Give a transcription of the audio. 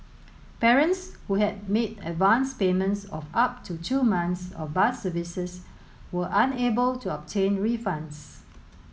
parents who had made advanced payments of up to two months of bus services were unable to obtain refunds